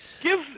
Give